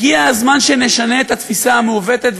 הגיע הזמן שנשנה את התפיסה המעוותת,